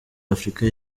afrika